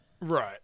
Right